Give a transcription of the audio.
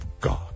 God